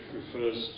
refers